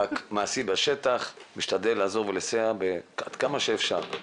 אלא מעשית בשטח משתדל לעזור ולסייע עד כמה שאפשר.